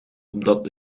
omdat